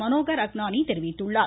மனோகர் அக்னானி தெரிவித்துள்ளார்